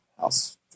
House